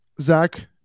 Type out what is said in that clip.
Zach